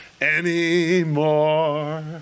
anymore